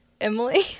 Emily